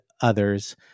others